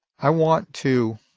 i want to